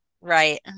right